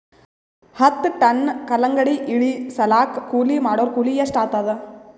ಹತ್ತ ಟನ್ ಕಲ್ಲಂಗಡಿ ಇಳಿಸಲಾಕ ಕೂಲಿ ಮಾಡೊರ ಕೂಲಿ ಎಷ್ಟಾತಾದ?